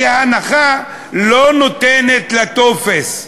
כי ההנחה לא ניתנת לטופס,